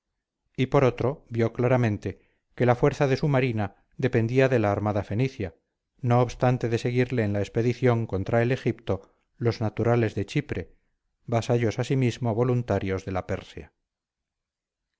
y por otro vio claramente que la fuerza de su marina dependía de la armada fenicia no obstante de seguirle en la expedición contra el egipto los naturales de chipre vasallos asimismo voluntarios de la persia